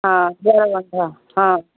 ହଁ ହଁ